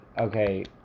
Okay